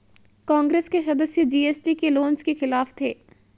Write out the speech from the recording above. कांग्रेस के सदस्य जी.एस.टी के लॉन्च के खिलाफ थे